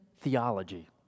theology